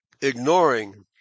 ignoring